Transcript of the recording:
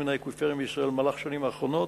מן האקוויפרים בישראל במהלך השנים האחרונות,